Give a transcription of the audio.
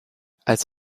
als